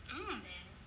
hmm